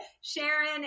sharon